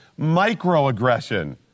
microaggression